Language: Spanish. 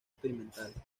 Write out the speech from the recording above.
experimentales